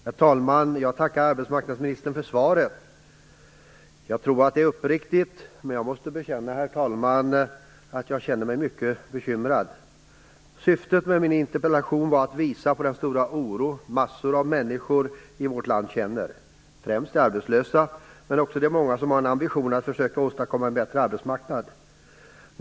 Herr talman! Jag tackar arbetsmarknadsministern för svaret. Jag tror att det är uppriktigt, men jag måste säga att jag känner mig mycket bekymrad. Syftet med min interpellation var att visa på den stora oro massor av människor i vårt land känner. Främst de arbetslösa, men också de många som har en ambition att försöka åstadkomma en bättre arbetsmarknad.